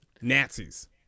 Nazis